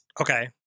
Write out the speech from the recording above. Okay